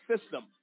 system